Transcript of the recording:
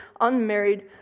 unmarried